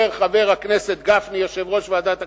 אומר חבר הכנסת גפני, יושב-ראש ועדת הכספים,